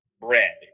bread